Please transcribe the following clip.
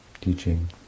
teaching